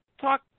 talk